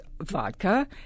vodka